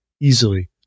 Easily